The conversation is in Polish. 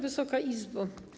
Wysoka Izbo!